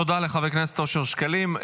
תודה לחבר הכנסת אושר שקלים.